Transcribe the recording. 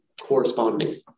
corresponding